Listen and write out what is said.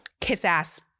kiss-ass